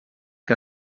que